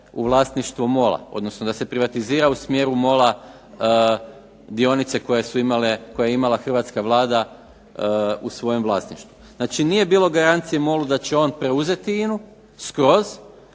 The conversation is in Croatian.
u vlasništvo MOL-a, odnosno da se privatizira u smjeru MOL-a dionice koje je imala Hrvatska vlada u svojem vlasništvu. Znači nije bilo garancije MOL-u da će on preuzeti INA-u skroz,